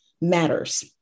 matters